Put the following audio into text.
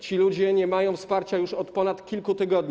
Ci ludzie nie mają wsparcia już od kilku tygodni.